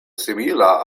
simila